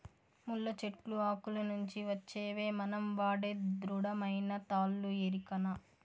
ముళ్ళ చెట్లు ఆకుల నుంచి వచ్చేవే మనం వాడే దృఢమైన తాళ్ళు ఎరికనా